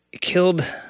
killed